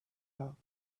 out